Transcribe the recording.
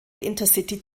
intercity